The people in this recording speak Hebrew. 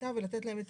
לקליטה ולתת להם את